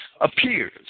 appears